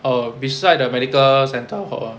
err beside the medical centre hor